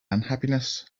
unhappiness